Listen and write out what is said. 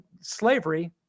slavery